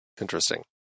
Interesting